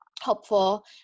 helpful